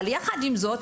יחד עם זאת,